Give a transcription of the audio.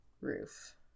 Roof